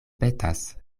petas